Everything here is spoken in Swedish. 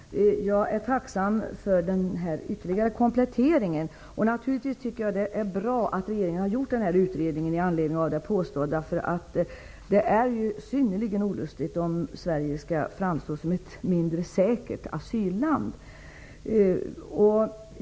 Fru talman! Jag är tacksam för denna komplettering. Naturligtvis tycker jag att det är bra att regeringen har gjort en utredning i anledning av det påstådda. Det är synnerligen olustigt om Sverige skulle framstå som ett mindre säkert asylland.